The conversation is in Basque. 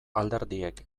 alderdiek